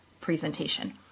presentation